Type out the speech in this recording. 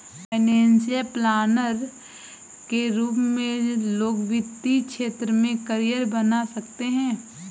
financial planner के रूप में लोग वित्तीय क्षेत्र में करियर बना सकते हैं